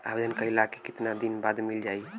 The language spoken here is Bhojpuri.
आवेदन कइला के कितना दिन बाद मिल जाई?